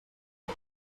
war